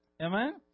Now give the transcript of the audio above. Amen